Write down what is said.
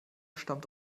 stammt